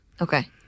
Okay